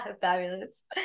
fabulous